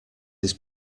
his